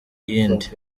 yindi